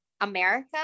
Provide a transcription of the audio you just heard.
America